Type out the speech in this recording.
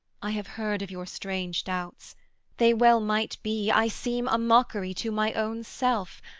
i have heard of your strange doubts they well might be i seem a mockery to my own self.